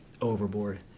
overboard